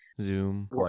zoom